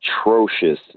atrocious